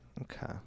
Okay